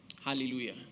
Hallelujah